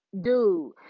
dude